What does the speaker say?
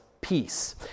Peace